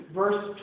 verse